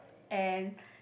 and